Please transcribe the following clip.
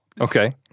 Okay